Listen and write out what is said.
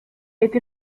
été